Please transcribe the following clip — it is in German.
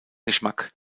geschmack